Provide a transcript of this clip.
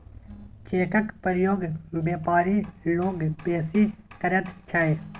चेकक प्रयोग बेपारी लोक बेसी करैत छै